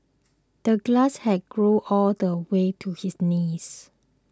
the grass had grown all the way to his knees